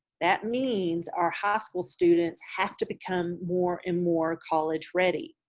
that means our high school students have to become more and more college ready,